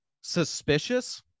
suspicious